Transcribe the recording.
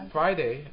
Friday